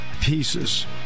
pieces